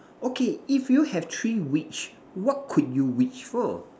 okay if you have three wish what could you wish for